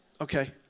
Okay